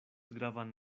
gravan